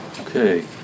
Okay